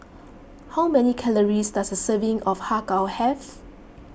how many calories does a serving of Har Kow have